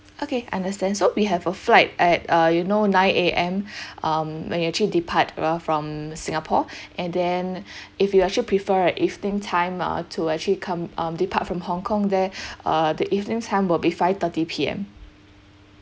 okay understand so we have a flight at uh you know nine A_M um when you actually depart around from uh singapore and then if you actually prefer a evening time uh to actually come um depart from hong kong there uh the evening time will be five thirty P_M